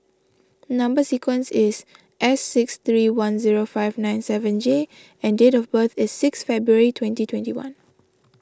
Number Sequence is S six three one zero five nine seven J and date of birth is six February twenty twenty one